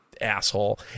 asshole